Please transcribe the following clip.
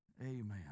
amen